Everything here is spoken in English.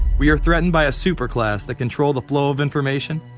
we are threatened by a super class that control the flow of information.